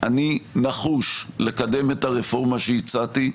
אני נחוש לקדם את הרפורמה שהצעתי,